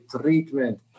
treatment